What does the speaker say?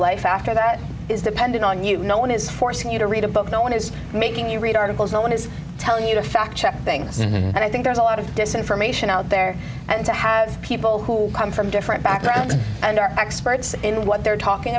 that is dependent on you no one is forcing you to read a book no one is making you read articles no one is telling you to fact check things and i think there's a lot of this information out there and to have people who come from different backgrounds and are experts in what they're talking